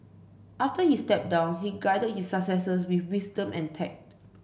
after he stepped down he guided his successors with wisdom and tact